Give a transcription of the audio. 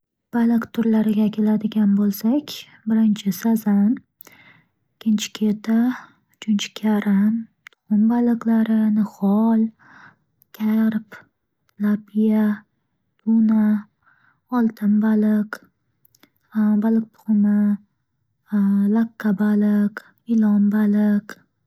Baliq turlariga keladigan bo'lsak: birinchi sazan, ikkinchi keta, uchinchi karam, tuxum baliqlari, nihol, karb, tlopiya, tuna, oltin baliq, baliq tuxumi, laqqa baliq, ilon baliq.